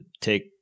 take